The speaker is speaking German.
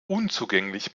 unzugänglich